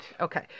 Okay